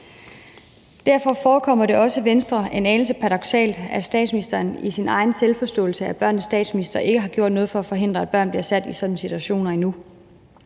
Derfor forekommer det også Venstre en anelse paradoksalt, at statsministeren, der i sin egen selvforståelse er børnenes statsminister, endnu ikke har gjort noget for at forhindre, at børn bliver sat i sådanne situationer.